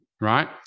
right